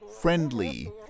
friendly